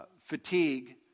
fatigue